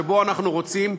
שבו אנחנו רוצים,